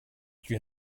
you